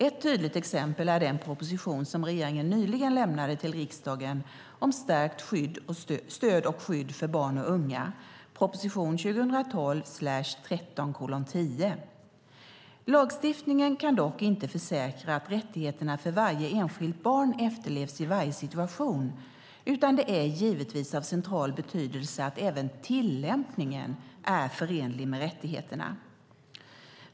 Ett tydligt exempel är den proposition som regeringen nyligen lämnade till riksdagen om stärkt stöd och skydd för barn och unga . Lagstiftningen kan dock inte försäkra att rättigheterna för varje enskilt barn efterlevs i varje situation, utan det är givetvis av central betydelse att även tillämpningen är förenlig med rättigheterna.